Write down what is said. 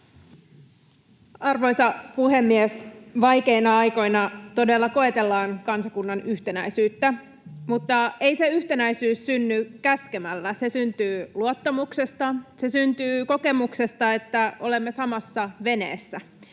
Arvoisa puhemies! Vaikeina aikoina todella koetellaan kansakunnan yhtenäisyyttä, mutta ei se yhtenäisyys synny käskemällä. Se syntyy luottamuksesta, se syntyy kokemuksesta, että olemme samassa veneessä,